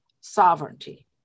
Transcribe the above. sovereignty